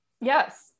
Yes